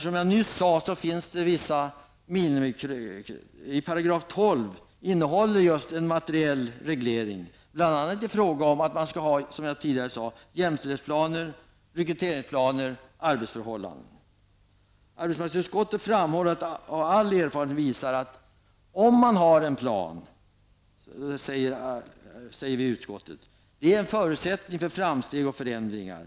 Som jag nyss sade innehåller 12 § just en materiell reglering, bl.a. i fråga om jämställdhetsplaner, rekryteringsplaner och arbetsförhållanden. Arbetsmarknadsutskottet framhåller att all erfarenhet visar att en plan är en förutsättning för framsteg och förändringar.